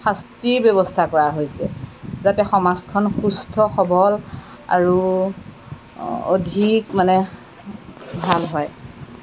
শাস্তিৰ ব্যৱস্থা কৰা হৈছে যাতে সমাজখন সুস্থ সবল আৰু অধিক মানে ভাল হয়